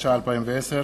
התש"ע 2010,